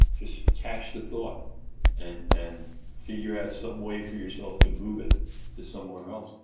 just catch the thought and and figure out some way for yourself to move it to somewhere else.